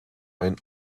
ein